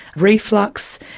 reflux,